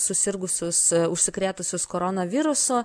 susirgusius užsikrėtusius koronavirusu